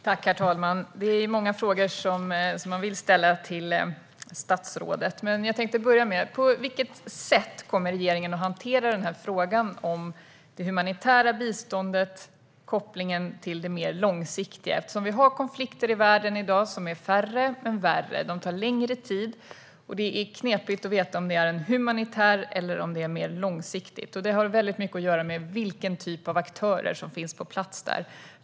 Herr talman! Det finns många frågor att ställa till statsrådet, men jag tänkte börja med följande. På vilket sätt kommer regeringen att hantera frågan om det humanitära biståndet och kopplingen till det mer långsiktiga? Vi har i världen i dag konflikter som är färre men värre. De tar längre tid. Och det är knepigt att veta om människor behöver det humanitära biståndet eller något mer långsiktigt. Detta har mycket att göra med vilka slags aktörer som finns på plats.